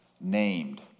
named